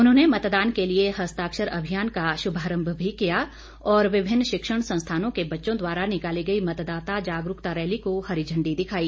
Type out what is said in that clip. उन्होंने मतदान के लिए हस्ताक्षर अभियान का शुभारंभ भी किया और विभिन्न शिक्षण संस्थानों के बच्चों द्वारा निकाली गई मतदाता जागरूकता रैली को हरी झंडी दिखाई